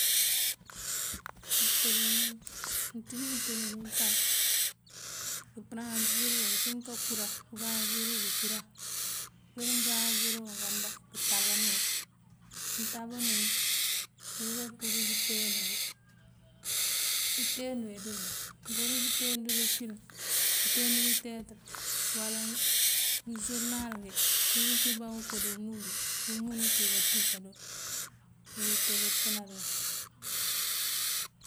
Utele mom, mëënţíj utele ní untab këëmbëraŋësir uncí mëënka kúraŋ. Këëmbëraŋësir uwël ná kúraŋ, uler uwí mbëraŋësirunk ambá këëntában uwël. Këëntában uwël këëruká káampurir pëënten uwël. inteeneewee dël di? Mëëmpurir pëënteen dël ifilëëm, teen dël iteyátër uwala mëënsuurënal ngí pëëmpíban koo dí umundu, bí wumundu cíikatuk káado. Uwël uwí utele pëënáariwun.